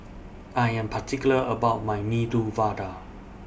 I Am particular about My Medu Vada